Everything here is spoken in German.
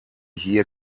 hier